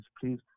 please